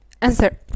answer